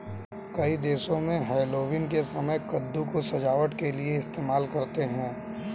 कई देशों में हैलोवीन के समय में कद्दू को सजावट के लिए इस्तेमाल करते हैं